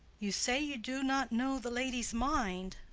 you say you do not know the lady's mind.